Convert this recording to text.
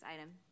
item